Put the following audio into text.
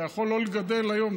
אתה יכול לא לגדל היום,